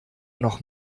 noch